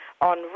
on